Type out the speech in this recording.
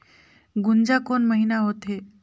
गुनजा कोन महीना होथे?